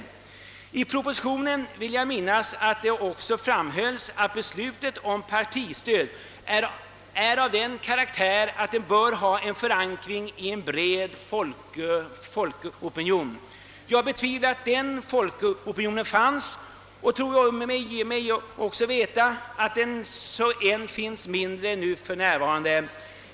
Jag vill minnas att det framhölls i propositionen, att beslutet om partistöd var av den karaktären att det borde ha förankring i en bred folkopinion. Jag betvivlar att den folkopionen fanns då och tror mig veta att den finns ännu mindre nu.